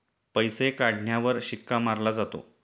पैसे काढण्यावर शिक्का मारला जातो